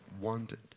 wanted